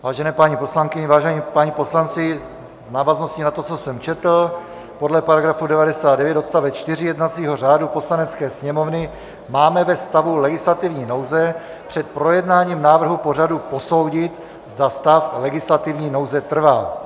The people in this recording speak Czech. Vážené paní poslankyně, vážení páni poslanci, v návaznosti na to, co jsem četl, podle § 99 odst. 4 jednacího řádu Poslanecké sněmovny máme ve stavu legislativní nouze před projednáním návrhu pořadu posoudit, zda stav legislativní nouze trvá.